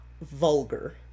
vulgar